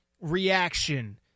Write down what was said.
reaction